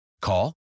call